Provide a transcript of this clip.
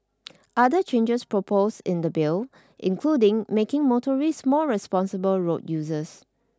other changes proposed in the Bill include making motorists more responsible road users